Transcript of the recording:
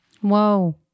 Whoa